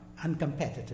uncompetitive